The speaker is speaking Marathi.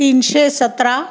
तीनशे सतरा